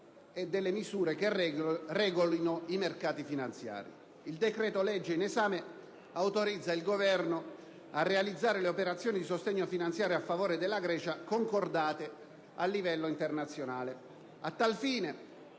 e delle misure che regolino i mercati finanziari. Il decreto-legge in esame autorizza il Governo a realizzare le operazioni di sostegno finanziario a favore della Grecia concordate a livello internazionale.